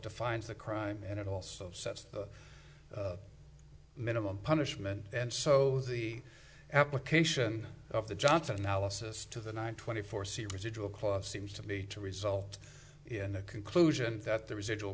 defines the crime and it also sets the minimum punishment and so the application of the johnson analysis to the nine twenty four c residual clause seems to be to result in a conclusion that the residual